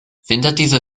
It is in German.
winterdiesel